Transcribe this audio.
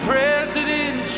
President